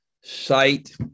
sight